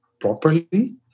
properly